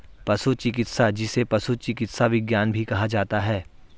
पशु चिकित्सा, जिसे पशु चिकित्सा विज्ञान भी कहा जाता है